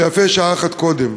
ויפה שעה אחת קודם.